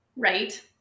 right